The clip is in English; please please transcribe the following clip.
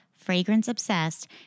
fragrance-obsessed